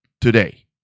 today